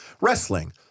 wrestling